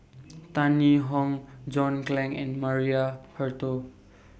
Tan Yee Hong John Clang and Maria Hertogh